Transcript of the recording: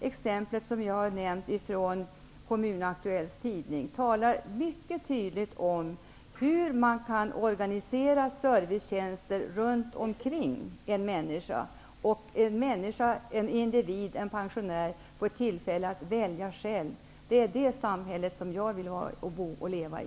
Exemplet som jag nämnde, från tidningen Kommunaktuellt, talar mycket tydligt om hur man kan organisera servicetjänster runt omkring en människa och hur människan, individen, pensionären kan få tillfälle att välja själv. Ett sådant samhälle vill jag ha, bo och leva i.